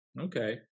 Okay